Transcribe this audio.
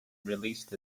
released